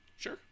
Sure